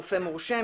רופא מורשה,